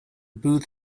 booth